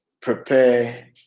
prepare